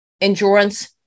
endurance